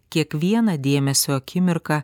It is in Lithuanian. kiekvieną dėmesio akimirką